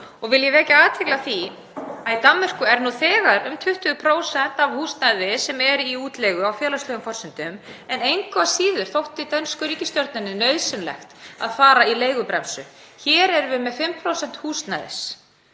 Ég vil vekja athygli á því að í Danmörku er nú þegar um 20% af húsnæði sem er í útleigu á félagslegum forsendum en engu að síður þótti dönsku ríkisstjórninni nauðsynlegt að fara í leigubremsu. Hér erum við með 5% húsnæðis